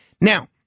now